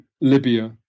Libya